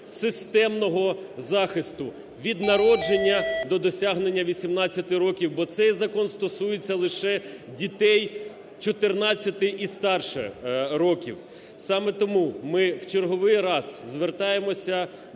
системного захисту від народження до досягнення 18 років, бо цей закон стосується лише дітей 14 і старше років. Саме тому ми в черговий раз звертаємося до